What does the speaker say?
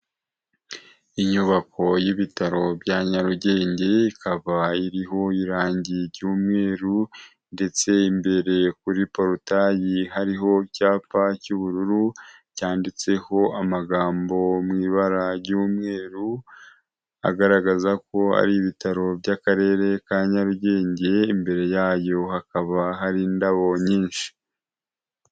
Inyubako y'ibitaro bya Nyarugenge ikaba iriho irangi ry'umweru ndetse imbere kuri porutayi hariho icyapa cy'ubururu cyanditseho amagambo mu ibara ry'umweru agaragaza ko ari ibitaro by'akarere ka Nyarugenge imbere yayo hakaba hari indabo nyinshi.